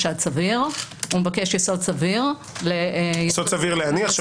לא מבקש חשד סביר אלא יסוד סביר להניח.